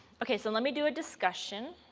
okay so let me do a discussion.